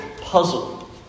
puzzle